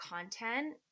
content